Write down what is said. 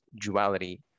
duality